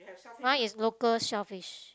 mine is local shellfish